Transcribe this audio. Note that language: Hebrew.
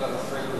להעביר את